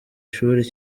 ishuri